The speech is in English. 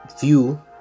view